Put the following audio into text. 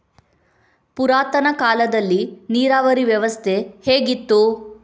ಪುರಾತನ ಕಾಲದಲ್ಲಿ ನೀರಾವರಿ ವ್ಯವಸ್ಥೆ ಹೇಗಿತ್ತು?